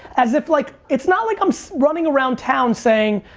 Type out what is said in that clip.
as if like, it's not like i'm so running around town saying,